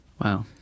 Wow